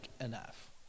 enough